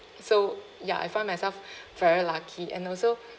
so ya I found myself very lucky and also